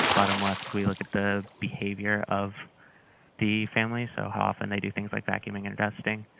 bottom left, we look at the behavior of the family, so how often they do things like vacuuming and dusting,